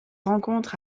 rencontre